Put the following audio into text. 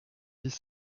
dix